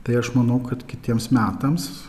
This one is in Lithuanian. tai aš manau kad kitiems metams